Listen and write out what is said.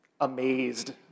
amazed